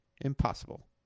Impossible